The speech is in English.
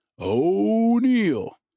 O'Neill